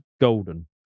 golden